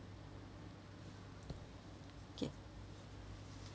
okay